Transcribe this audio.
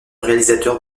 réalisateur